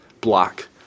block